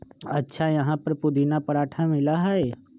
अच्छा यहाँ पर पुदीना पराठा मिला हई?